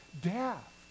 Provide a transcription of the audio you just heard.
death